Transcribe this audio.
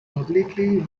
publicly